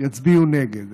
יצביעו נגד.